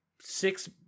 six